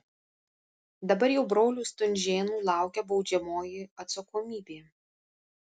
dabar jau brolių stunžėnų laukia baudžiamoji atsakomybė